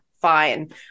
fine